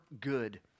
good